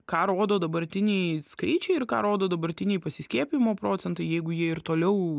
ką rodo dabartiniai skaičiai ir ką rodo dabartiniai pasiskiepijimo procentai jeigu jie ir toliau